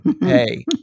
hey